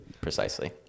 Precisely